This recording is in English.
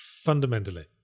fundamentally